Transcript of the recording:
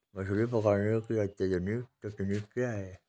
मछली पकड़ने की अत्याधुनिक तकनीकी क्या है?